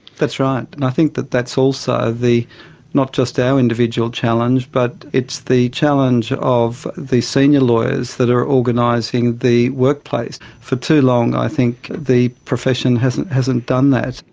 that's right, and i think that that's also not not just our individual challenge but it's the challenge of the senior lawyers that are organising the workplace. for too long i think the profession hasn't hasn't done that,